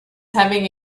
having